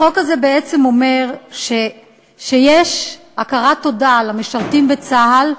החוק הזה בעצם אומר שיש הכרת תודה למשרתים בצה"ל,